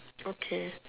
okay